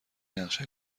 نقشه